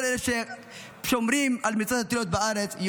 כל אלה ששומרים את המצוות התלויות בארץ,